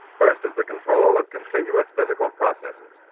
first of the control of continuous physical processes,